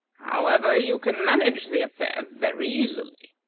however, you can manage the affair very easily.